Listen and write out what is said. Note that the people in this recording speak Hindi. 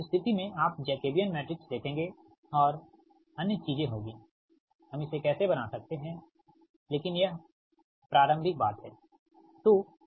उस स्थिति में आप जैकबियन मैट्रिक्स देखेंगे और अन्य चीजें होंगीहम इसे कैसे बना सकते हैं लेकिन यह प्रारंभिक बात है